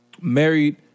Married